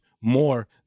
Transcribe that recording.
more